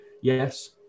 yes